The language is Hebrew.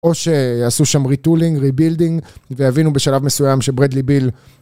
או שיעשו שם ריטולינג, ריבילדינג ויבינו בשלב מסוים שברדלי ביל...